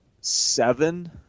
seven